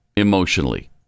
emotionally